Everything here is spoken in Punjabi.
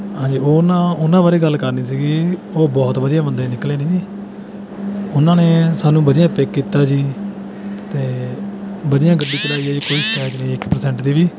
ਹਾਂਜੀ ਉਹ ਨਾ ਉਹਨਾਂ ਬਾਰੇ ਗੱਲ ਕਰਨੀ ਸੀਗੀ ਉਹ ਬਹੁਤ ਵਧੀਆ ਬੰਦੇ ਨਿਕਲੇ ਨੇ ਉਹਨਾਂ ਨੇ ਸਾਨੂੰ ਵਧੀਆ ਪਿਕ ਕੀਤਾ ਜੀ ਅਤੇ ਵਧੀਆ ਗੱਡੀ ਚਲਾਈ ਹੈ ਇੱਕ ਪ੍ਰਸੈਂਟ ਦੀ ਵੀ